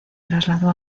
trasladó